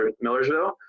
Millersville